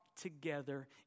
together